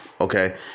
Okay